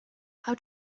how